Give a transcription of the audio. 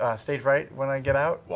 stage right when i get out?